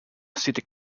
city